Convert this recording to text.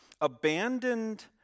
abandoned